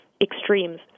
extremes